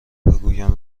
بگویم